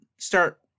Start